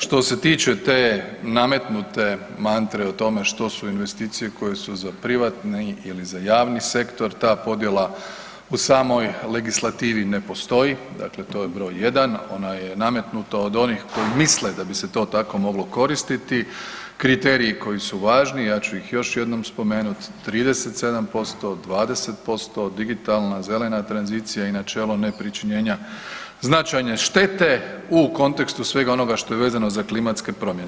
Što se tiče te nametnute mantre o tome što su investicije koje su za privatne ili za javni sektor, ta podjela u samoj legislativi ne postoji, dakle to je br. 1, ona je nametnuta od onih koji misle da bi se to tako moglo koristiti, kriteriji koji su važni, ja ću ih još jednom spomenuti, 37%, 20% digitalna, zelena tranzicija i načelo nepričinjenja značajne štete u kontekstu svega onoga što je vezano za klimatske promjene.